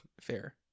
fair